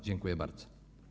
Dziękuję bardzo.